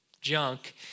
junk